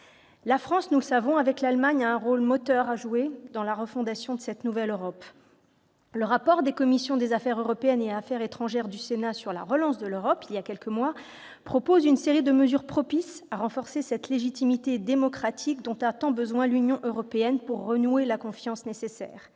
La France et l'Allemagne ont un rôle moteur à jouer pour fonder cette nouvelle Europe. Le rapport des commissions des affaires européennes et des affaires étrangères du Sénat sur la relance de l'Europe propose une série de mesures propices à renforcer la légitimité démocratique dont a tant besoin l'Union européenne pour renouer la confiance nécessaire.